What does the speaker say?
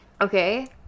Okay